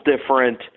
different